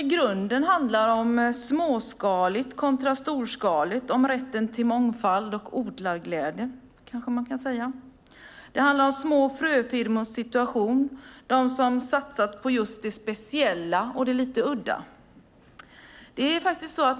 I grunden handlar det om småskaligt kontra storskaligt och om rätten till mångfald och odlarglädje, kanske man kan säga. Det handlar om små fröfirmors situation - om dem som har satsat på det speciella och lite udda.